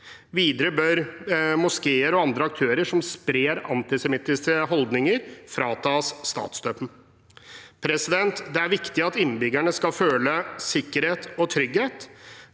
Videre bør moskeer og andre aktører som sprer antisemittistiske holdninger, fratas statsstøtten. Det er viktig at innbyggerne skal føle sikkerhet og trygghet.